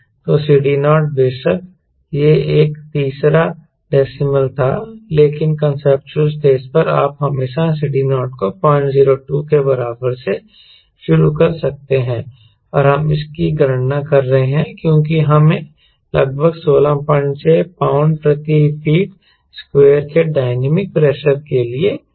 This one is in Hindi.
तो CD0 बेशक यह एक तीसरा डेसीमल था लेकिन कांसेप्चुअल स्टेज पर आप हमेशा CD0 को 002 के बराबर से शुरू कर सकते हैं और हम इसकी गणना कर रहे हैं क्योंकि हमें लगभग 166 पाउंड प्रति फीट स्क्वायर के डायनामिक प्रेशर के लिए मिलता है